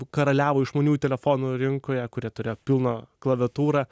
karaliavo išmaniųjų telefonų rinkoje kurie turėjo pilną klaviatūrą